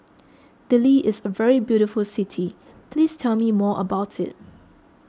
Dili is a very beautiful city please tell me more about it